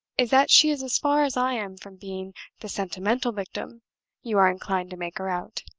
is that she is as far as i am from being the sentimental victim you are inclined to make her out.